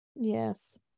yes